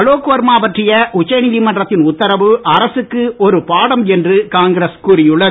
அலோக் வர்மா பற்றிய உச்சநீதிமன்றத்தின் உத்தரவு அரசுக்கு ஒரு பாடம் என்று காங்கிரஸ் கூறியுள்ளது